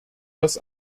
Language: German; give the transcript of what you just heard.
das